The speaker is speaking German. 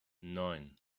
neun